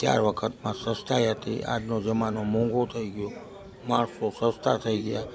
ત્યાર વખતમાં સસ્તાઈ હતી આજનો જમાનો મોંઘો થઈ ગયો માણસો સસ્તા થઈ ગયાં